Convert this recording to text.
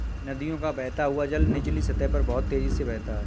नदियों का बहता हुआ जल निचली सतह पर बहुत तेजी से बहता है